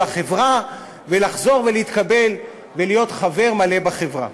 לחברה ולחזור ולהתקבל ולהיות חבר מלא בחברה.